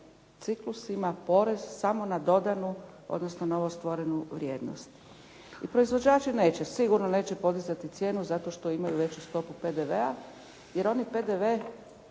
ciklusima porez samo na dodanu odnosno novostvorenu vrijednost i proizvođači neće, sigurno neće podizati cijenu zato što imaju veću stopu PDV-a jer oni PDV